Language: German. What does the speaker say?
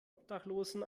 obdachlosen